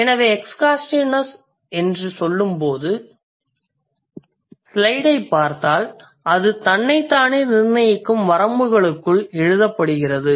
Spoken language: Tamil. எனவே எக்ஸ்ஹாஸ்டிவ்னெஸ் என்று சொல்லும்போது ஸ்லைடைப் பார்த்தால் அது தன்னைத்தானே நிர்ணயிக்கும் வரம்புகளுக்குள் எழுதப்படுகிறது